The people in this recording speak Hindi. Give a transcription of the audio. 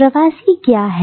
प्रवासी क्या है